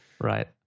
right